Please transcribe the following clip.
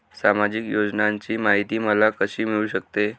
सामाजिक योजनांची माहिती मला कशी मिळू शकते?